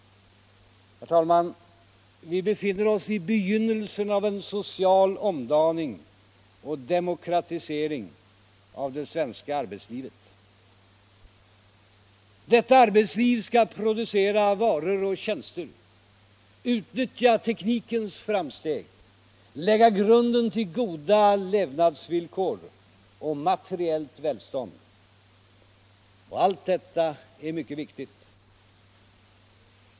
Herr talman! Vi befinner oss i begynnelsen av en social omdaning och demokratisering av det svenska arbetslivet. Detta arbetsliv skall producera varor och tjänster, utnyttja teknikens framsteg, lägga grunden till goda levnadsvillkor och materiellt välstånd. Allt detta är mycket viktigt.